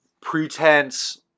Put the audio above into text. pretense –